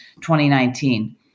2019